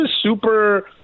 super